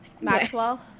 Maxwell